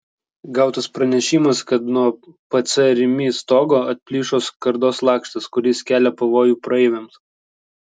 gautas pranešimas kad nuo pc rimi stogo atplyšo skardos lakštas kuris kelia pavojų praeiviams